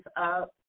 up